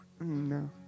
no